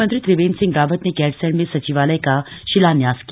मुख्यमंत्री त्रिवेंद्र सिंह रावत ने गैरसैंण में सचिवालय का शिलान्यास किया